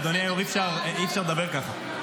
אדוני היושב-ראש, אי-אפשר לדבר ככה.